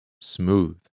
smooth